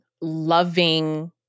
loving